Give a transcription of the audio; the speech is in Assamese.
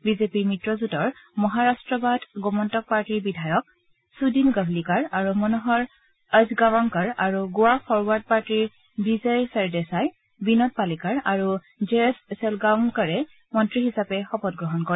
বিজেপিৰ মিত্ৰজোঁটৰ মহাৰাট্টবাদী গোমাণ্টক পাৰ্টিৰ বিধায়ক ছুদিন গভলিকাৰ আৰু মনোহৰ অজ্গাংৱকৰ আৰু গোৱা ফৰৱাৰ্ড পাৰ্টিৰ বিজয় ছৰদেছাই বিনোদ পালেকাৰ আৰু জয়েছ ছলগাংৱকৰে মন্ত্ৰী হিচাপে শপত গ্ৰহণ কৰে